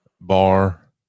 bar